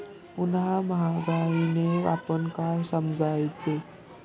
पुन्हा महागाईने आपण काय समजायचे?